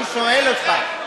אני שואל אותך,